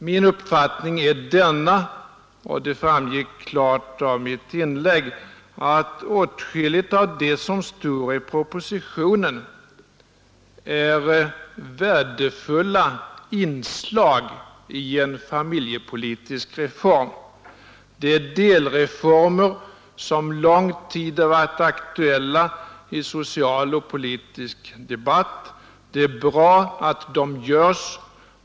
Min uppfattning är den — och det framgick klart av mitt inlägg — att åtskilligt av det som står i propositionen är värdefulla inslag i en familjepolitisk reform. Det är delreformer som lång tid har varit aktuella i social och politisk debatt. Det är bra att de genomförs.